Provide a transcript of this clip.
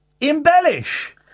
embellish